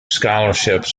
scholarships